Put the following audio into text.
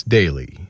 Daily